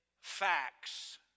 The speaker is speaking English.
facts